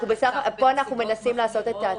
אנחנו פה מנסים לעשות את התאמות.